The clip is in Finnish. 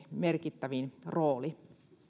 merkittävin rooli